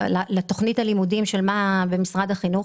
לתכנית הלימודים של משרד החינוך.